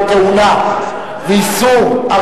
דברים חשובים וראויים